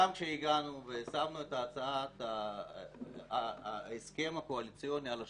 גם כשהגענו ושמנו את ההסכם הקואליציוני על השולחן,